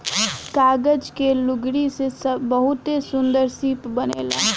कागज के लुगरी से बहुते सुन्दर शिप बनेला